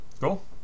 cool